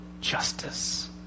justice